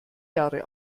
jahre